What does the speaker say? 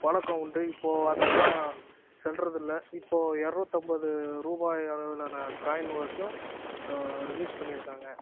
பழக்கம் உண்டு இப்போது அதல்லாம் செல்லுறதில்ல இப்போது இரநூத்தம்பது ரூபாய் காயின் வரைக்கும் ரிலீஸ் பண்ணியிருக்காங்க